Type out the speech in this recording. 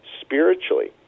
spiritually